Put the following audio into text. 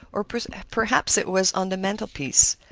or perhaps it was on the mantelpiece.